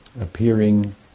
appearing